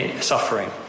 suffering